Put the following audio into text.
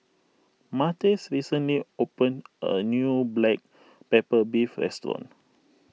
Martez recently opened a new Black Pepper Beef restaurant